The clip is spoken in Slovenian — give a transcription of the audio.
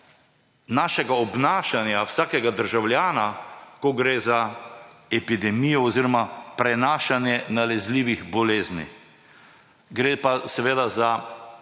našega obnašanja, vsakega državljana, ko gre za epidemijo oziroma prenašanje nalezljivih bolezni. Gre pa za